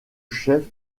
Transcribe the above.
chef